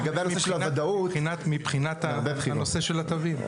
מבחינת הנושא של התווים.